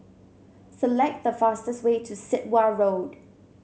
select the fastest way to Sit Wah Road